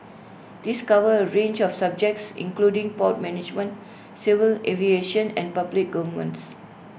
these cover A range of subjects including port management civil aviation and public governance